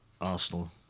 Arsenal